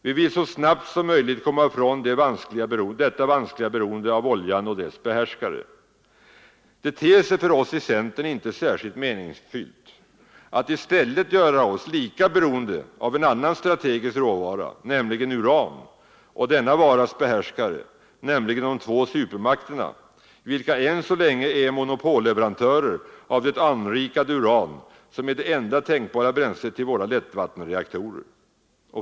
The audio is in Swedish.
Vi vill så snabbt som möjligt komma ifrån detta vanskliga beroende av oljan och dess behärskare. Det ter sig för oss i centern inte särskilt meningsfullt att i stället göra oss lika beroende av en annan strategisk råvara, nämligen uran, och denna varas behärskare, de två supermakterna som än så länge är monopolleverantörer av det anrikade uran som är det enda tänkbara bränslet till våra lättvattenreaktorer.